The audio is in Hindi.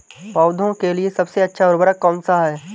पौधों के लिए सबसे अच्छा उर्वरक कौनसा हैं?